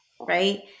right